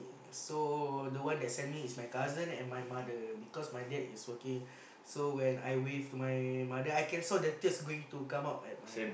so the one that send me is my cousin and my mother because my dad is working so when I wave to my mother so I can saw the tears going to come out at my